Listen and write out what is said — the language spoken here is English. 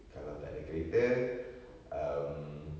kalau tak ada kereta um